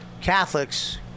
Catholics